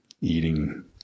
eating